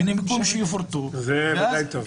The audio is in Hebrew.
"מנימוקים שיפורטו", ואז --- זה ודאי טוב.